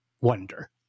wonder